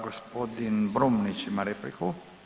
Gospodin Brumnić ima repliku.